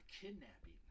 kidnapping